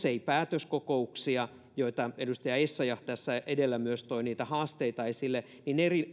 ei päätöskokouksia joista edustaja essayah tässä edellä myös toi niitä haasteita esille niin